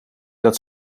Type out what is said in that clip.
dat